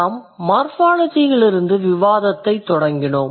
நாம் மார்ஃபாலஜியிலிருந்து விவாதத்தைத் தொடங்கினோம்